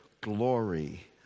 Glory